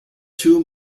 two